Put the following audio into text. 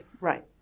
right